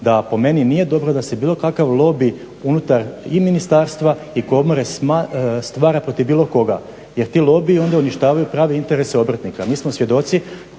da po meni nije dobro da se bilo kakav lobij unutar i ministarstva i Komore stvara protiv bilo koga, jer ti lobiji onda uništavaju prave interese obrtnika. Mi smo svjedoci